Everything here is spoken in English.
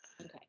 Okay